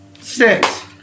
Six